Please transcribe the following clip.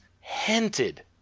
hinted